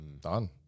Done